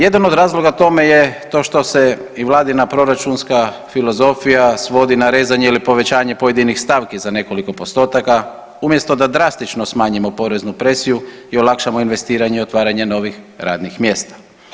Jedan od razloga tome je to što se i vladina proračunska filozofija svodi na rezanje ili povećanje pojedinih stavki za nekoliko postotaka umjesto da drastično smanjimo poreznu presiju i olakšamo investiranje i otvaranje novih radnih mjesta.